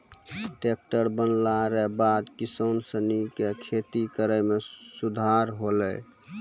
tractor बनला रो बाद किसान सनी के खेती करै मे सुधार होलै